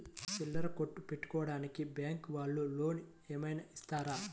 చిల్లర కొట్టు పెట్టుకోడానికి బ్యాంకు వాళ్ళు లోన్ ఏమైనా ఇస్తారా?